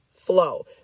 flow